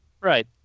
Right